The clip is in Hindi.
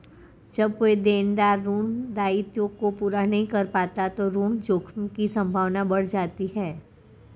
जब कोई देनदार ऋण दायित्वों को पूरा नहीं कर पाता तो ऋण जोखिम की संभावना बढ़ जाती है